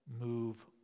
move